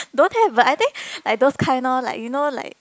don't have but I think like those kind orh like you know like